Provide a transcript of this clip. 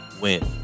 win